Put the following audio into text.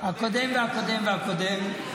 הקודם והקודם והקודם.